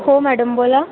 हो मॅडम बोला